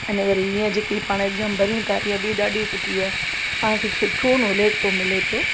आने वरी हींअर जेकी पाण एग्जाम भरियूं पिया इहा बि ॾाढी सुठी आहे पाण खे सुठो नोलेज थो मिले पियो